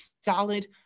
solid